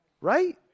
right